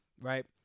right